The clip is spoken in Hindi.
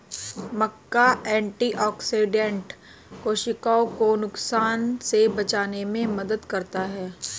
मक्का एंटीऑक्सिडेंट कोशिकाओं को नुकसान से बचाने में मदद करता है